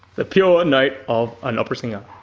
the pure note of an opera singer.